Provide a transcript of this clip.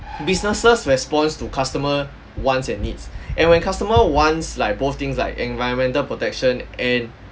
businesses responds to customer wants and needs and when customer wants like both things like environmental protection and